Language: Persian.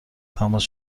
تماس